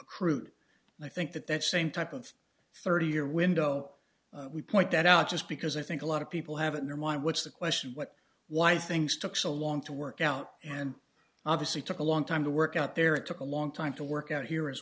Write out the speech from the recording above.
accrued i think that that same type of thirty year window we point that out just because i think a lot of people have it in their mind which the question what why things took so long to work out and obviously took a long time to work out there it took a long time to work out here as